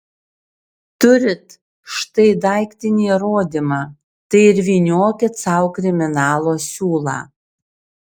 turit štai daiktinį įrodymą tai ir vyniokit sau kriminalo siūlą